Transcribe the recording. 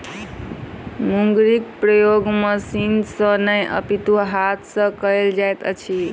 मुंगरीक प्रयोग मशीन सॅ नै अपितु हाथ सॅ कयल जाइत अछि